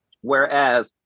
Whereas